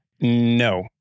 No